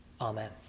Amen